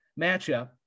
matchup